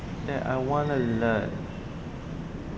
that I want to learn